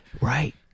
Right